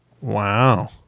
Wow